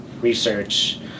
research